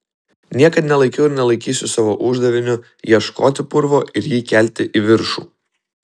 niekad nelaikiau ir nelaikysiu savo uždaviniu ieškoti purvo ir jį kelti į viršų